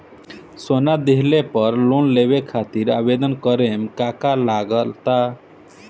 सोना दिहले पर लोन लेवे खातिर आवेदन करे म का का लगा तऽ?